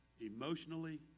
emotionally